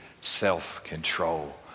self-control